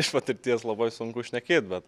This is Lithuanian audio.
iš patirties labai sunku šnekėt bet